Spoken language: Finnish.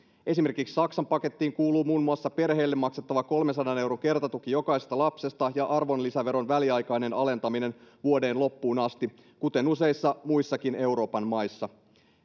esimerkiksi saksan pakettiin kuuluu muun muassa perheille maksettava kolmensadan euron kertatuki jokaisesta lapsesta ja arvonlisäveron väliaikainen alentaminen vuoden loppuun asti kuten useissa muissakin euroopan maissa